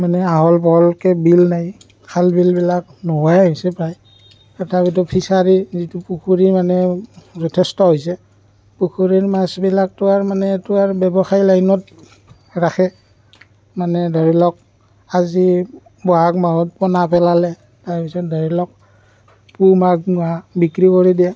মানে আহল বহলকৈ বিল নাই খাল বিল বিলাক নোহোৱাই হৈছে প্ৰায় তথাপিতো ফিছাৰি যিটো পুখুৰী মানে যথেষ্ট হৈছে পুখুৰীৰ মাছবিলাকটো আৰু মানে এইটো আৰু ব্যৱসায় লাইনত ৰাখে মানে ধৰি লওক আজি বহাগ মাহত পণা পেলালে তাৰপাছত ধৰি লওক পুহ মাঘ মাহ বিক্ৰী কৰি দিয়ে